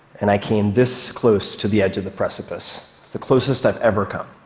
and i came this close to the edge of the precipice. it's the closest i've ever come.